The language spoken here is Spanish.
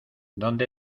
dónde